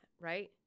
right